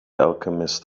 alchemist